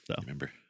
remember